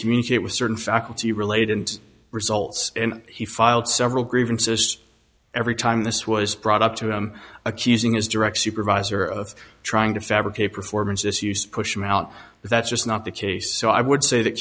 communicate with certain faculty related and results he filed several grievances every time this was brought up to him accusing his direct supervisor of trying to fabricate performance this used to push him out that's just not the case so i would say that